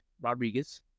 Rodriguez